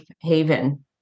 haven